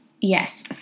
Yes